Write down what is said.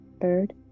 third